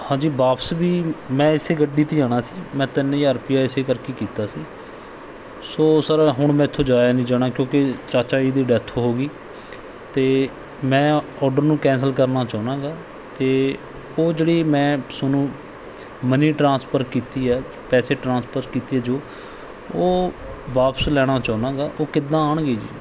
ਹਾਂਜੀ ਵਾਪਸ ਵੀ ਮੈਂ ਇਸ ਗੱਡੀ 'ਤੇ ਆਉਣਾ ਸੀ ਮੈਂ ਤਿੰਨ ਹਜ਼ਾਰ ਰੁਪਈਆ ਇਸ ਕਰਕੇ ਕੀਤਾ ਸੀ ਸੋ ਸਰ ਹੁਣ ਮੇਰੇ ਤੋਂ ਜਾਇਆ ਨਹੀਂ ਜਾਣਾ ਕਿਉਂਕਿ ਚਾਚਾ ਜੀ ਦੀ ਡੈਥ ਹੋ ਗਈ ਅਤੇ ਮੈਂ ਔਡਰ ਨੂੰ ਕੈਂਸਲ ਕਰਨਾ ਚਾਹੁੰਦਾ ਗਾ ਅਤੇ ਉਹ ਜਿਹੜੀ ਮੈਂ ਤੁਹਾਨੂੰ ਮਨੀ ਟ੍ਰਾਂਸਫਰ ਕੀਤੀ ਹੈ ਪੈਸੇ ਟ੍ਰਾਂਸਫਰ ਕੀਤੇ ਜੋ ਉਹ ਵਾਪਸ ਲੈਣਾ ਚਾਹੁੰਦਾ ਗਾ ਉਹ ਕਿੱਦਾਂ ਆਣਗੇ ਜੀ